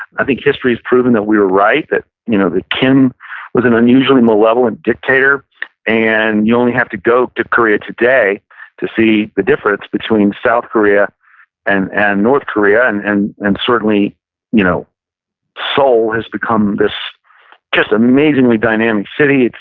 i think history has proven that we were right. that you know kim was an unusually malevolent dictator and you only have to go to korea today to see the difference between south korea and and north korea and and and certainly you know seoul has become this just amazingly dynamic city.